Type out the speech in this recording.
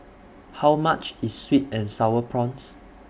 How much IS Sweet and Sour Prawns